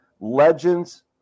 Legends